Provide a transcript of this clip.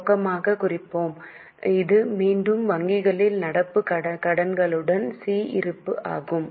ரொக்கமாகக் குறிப்போம் இது மீண்டும் வங்கிகளில் நடப்புக் கணக்குகளுடன் சி இருப்பு ஆகும்